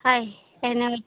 है पहना है